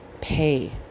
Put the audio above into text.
pay